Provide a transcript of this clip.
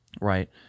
Right